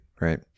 right